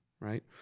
right